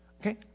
Okay